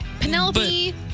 Penelope